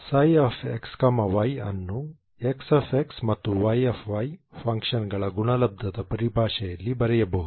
ψxy ಅನ್ನು X ಮತ್ತು Y ಫಂಕ್ಷನ್ಗಳ ಗುಣಲಬ್ಧದ ಪರಿಭಾಷೆಯಲ್ಲಿ ಬರೆಯಬಹುದು